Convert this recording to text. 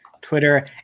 twitter